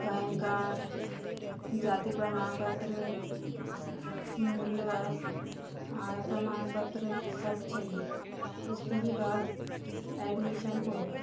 pan card जाति प्रमाण पत्र मूल्यवास आय प्रमाण पत्र सब चाहिए उसके ही बाद एडमीशन होएगा